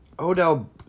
odell